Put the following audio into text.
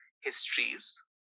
histories